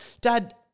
Dad